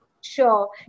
Sure